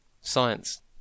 science